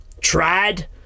tried